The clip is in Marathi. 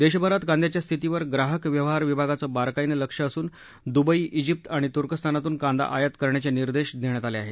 देशभरात कांद्याच्या स्थितीवर ग्राहक व्यवहार विभागाचं बारकाईनं लक्ष असून दुबई शिंप्त आणि तुर्कस्तानातून कादा आयात करण्याचे निर्देश देण्यात आले आहेत